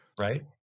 right